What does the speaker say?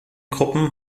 gruppen